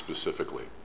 specifically